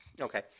Okay